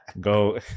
Go